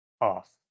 off